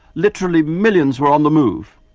literally millions were on the move,